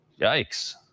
Yikes